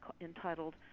entitled